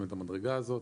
המדרגה הזאת